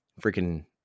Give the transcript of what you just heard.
freaking